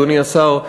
אדוני השר,